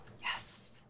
Yes